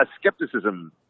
skepticism